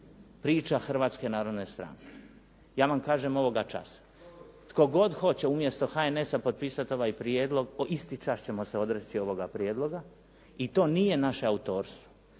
priča Hrvatske narodne strane. Ja vam kažem ovoga časa tko god hoće umjesto HNS-a potpisati ovaj prijedlog, isti čas ćemo se odreći ovoga prijedloga i to nije naše autorstvo.